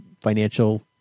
financial